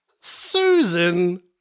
Susan